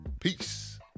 Peace